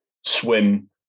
swim